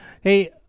Hey